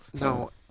No